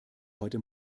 heute